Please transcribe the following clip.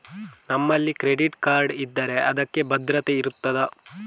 ನಮ್ಮಲ್ಲಿ credit card ಇದ್ದರೆ ಅದಕ್ಕೆ ಭದ್ರತೆ ಇರುತ್ತದಾ?